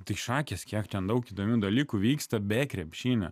tik šakės kiek ten daug įdomių dalykų vyksta be krepšinio